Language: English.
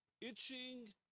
itching